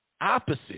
opposite